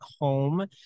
home